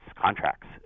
contracts